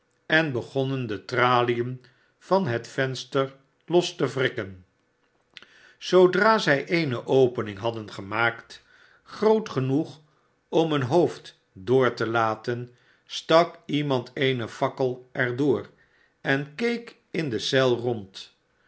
en begonnen de tralien van het venster los te wrikken zoodra zij eene opening hadden gemaakt groot genoeg om een hoofd door te laten stak iemand eene fakkel er door en keek in de eel rond